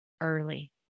early